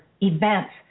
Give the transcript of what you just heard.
events